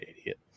idiot